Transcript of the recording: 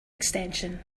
extension